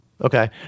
Okay